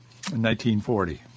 1940